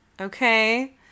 okay